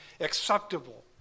acceptable